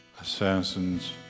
assassins